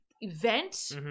event